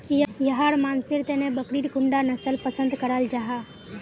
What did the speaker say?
याहर मानसेर तने बकरीर कुंडा नसल पसंद कराल जाहा?